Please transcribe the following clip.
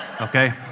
Okay